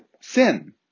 sin